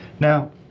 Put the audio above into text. Now